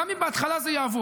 גם אם בהתחלה זה יעבוד,